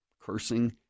cursing